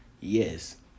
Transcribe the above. yes